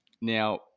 Now